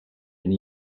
and